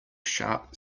sharp